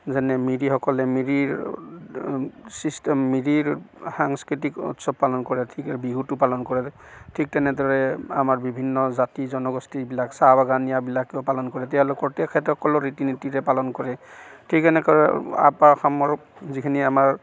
যেনে মিৰিসকলে মিৰিৰ ছিষ্টেম মিৰিৰ সাংস্কৃতিক উৎসৱ পালন কৰে বিহুটো পালন কৰে ঠিক তেনেদৰে আমাৰ বিভিন্ন জাতি জনগোষ্ঠীবিলাক চাহ বাগানীয়াবিলাকেও পালন কৰে তেওঁলোকৰ তেখেতসকলৰ ৰীতি নীতিৰে পালন কৰে ঠিক এনেকৈ আপাৰ অসমৰ যিখিনি আমাৰ